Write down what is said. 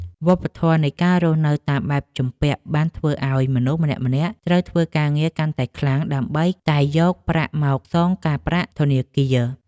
វប្បធម៌នៃការរស់នៅតាមបែបជំពាក់បានធ្វើឱ្យមនុស្សម្នាក់ៗត្រូវធ្វើការងារកាន់តែខ្លាំង ដើម្បីតែយកប្រាក់មកសងការប្រាក់ធនាគារ។